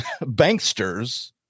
banksters